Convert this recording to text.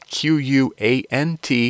QUANT